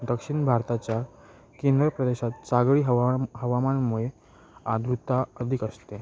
दक्षिण भारताच्या केंद्र प्रदेशात सगळी हवामा हवामानामुळे आर्द्रता अधिक असते